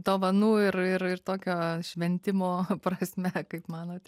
dovanų ir ir ir tokio šventimo prasme kaip manote